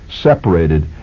separated